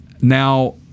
Now